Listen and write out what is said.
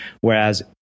Whereas